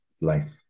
life